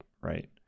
Right